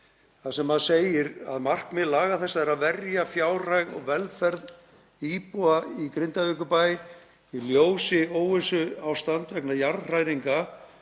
þar sem segir: „Markmið laga þessara er að verja fjárhag og velferð íbúa í Grindavíkurbæ í ljósi óvissuástands vegna jarðhræringa